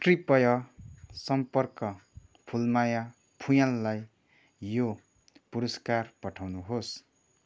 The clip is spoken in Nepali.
कृपया सम्पर्क फुलमाया फुँयाललाई यो पुरस्कार पठाउनुहोस्